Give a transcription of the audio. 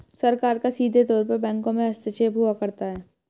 सरकार का सीधे तौर पर बैंकों में हस्तक्षेप हुआ करता है